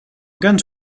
guns